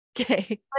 okay